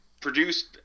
produced